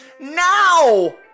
now